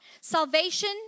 Salvation